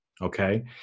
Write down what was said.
okay